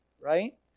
Right